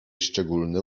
szczególny